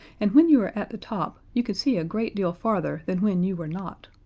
and when you were at the top you could see a great deal farther than when you were not.